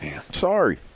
Sorry